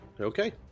Okay